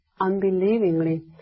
unbelievingly